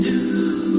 New